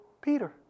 Peter